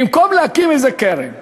במקום להקים איזה קרן,